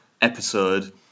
episode